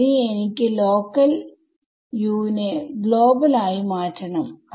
ഇനി എനിക്ക് local Us നെ ഗ്ലോബൽ ആയി മാറ്റി സ്ഥാപിക്കണം